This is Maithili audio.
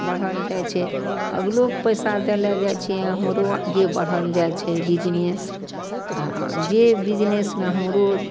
बढ़ल जाइ छै अगिलोके पइसा देले जाए छिए हमरो आगे बढ़ल जाइ छै बिजनेस आओर जे बिजनेसमे हमरो